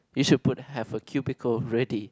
you should put have a cubical already